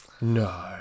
No